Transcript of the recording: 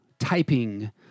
typing